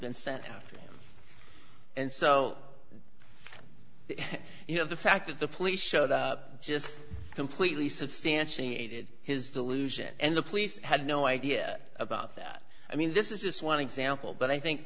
been sent out and so you know the fact that the police showed up just completely substantiated his delusion and the police had no idea about that i mean this is just one example but i think